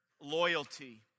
loyalty